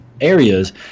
areas